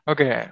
Okay